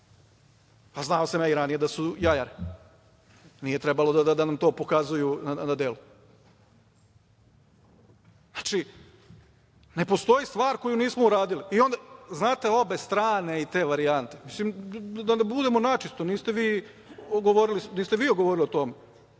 šta. Znao sam ja i ranije da su jajare, nije trebalo da nam to pokazuju na delu. Znači, ne postoji stvar koju nismo uradili i onda, znate obe strane i te varijante. Mislim, da budemo načisto, niste vi govorili o tome,